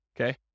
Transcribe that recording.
okay